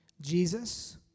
Jesus